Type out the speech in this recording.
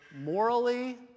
morally